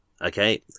Okay